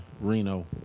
Reno